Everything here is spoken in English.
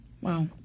Wow